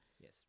Yes